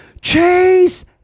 Chase